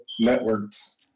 networks